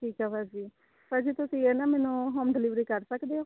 ਠੀਕ ਆ ਭਾਅ ਜੀ ਭਾਅ ਜੀ ਤੁਸੀਂ ਹੈ ਨਾ ਮੈਨੂੰ ਹੋਮ ਡਿਲੀਵਰੀ ਕਰ ਸਕਦੇ ਹੋ